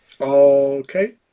Okay